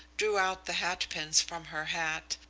drew out the hatpins from her hat,